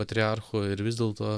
patriarchų ir vis dėlto